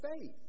faith